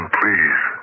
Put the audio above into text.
please